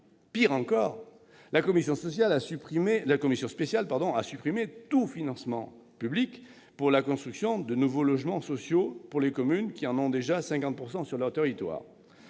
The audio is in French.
Pis encore, la commission spéciale a supprimé tout financement public pour la construction de nouveaux logements sociaux pour les communes qui en comptent déjà 50 % sur leur territoire.